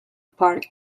park